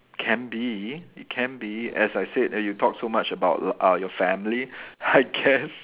can be it can be as I said you talk so much about l~ uh your family I guess